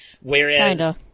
Whereas